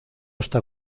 está